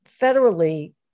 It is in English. federally